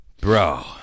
bro